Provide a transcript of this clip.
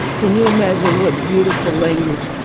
can you imagine what beautiful language?